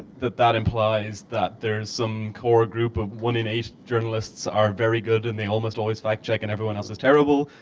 that that implies that there's some core group of one in eight journalists are very good and they almost always fact check and everyone else is terrible?